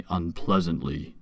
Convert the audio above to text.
unpleasantly